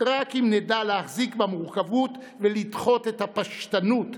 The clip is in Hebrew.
רק אם נדע להחזיק במורכבות ולדחות את הפשטנות,